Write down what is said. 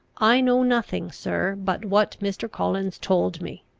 i know nothing, sir, but what mr. collins told me.